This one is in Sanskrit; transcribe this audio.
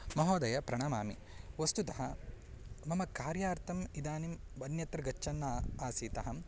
महोदय प्रणमामि वस्तुतः मम कार्यार्थम् इदानीम् अन्यत्र गच्छन् अ आसीत् अहं